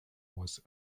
was